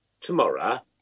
tomorrow